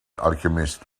alchemist